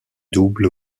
double